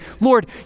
Lord